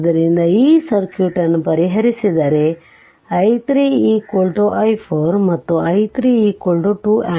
ಆದ್ದರಿಂದ ಈ ಸರ್ಕ್ಯೂಟ್ ಅನ್ನು ಪರಿಹರಿಸಿದರೆ i3 i4 ಮತ್ತು i3 2 ampere ಮತ್ತು 13i4 4i310 13i4104x218 i418131